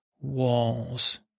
walls